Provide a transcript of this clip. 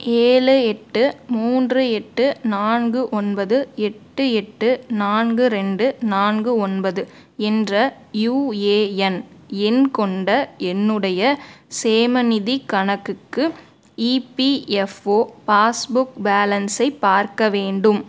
ஏழு எட்டு மூன்று எட்டு நான்கு ஒன்பது எட்டு எட்டு நான்கு ரெண்டு நான்கு ஒன்பது என்ற யுஏஎன் எண் கொண்ட என்னுடைய சேமநிதிக் கணக்குக்கு இபிஎஃப்ஓ பாஸ்புக் பேலன்ஸை பார்க்க வேண்டும்